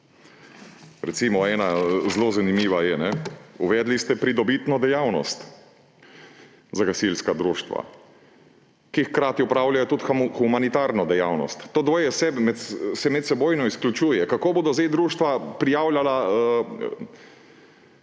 bilo. Ena zelo zanimiva je, da ste uvedli pridobitno dejavnost za gasilska društva, ki hkrati opravljajo tudi humanitarno dejavnost. To dvoje se medsebojno izključuje. Kako bodo zdaj društva prijavljala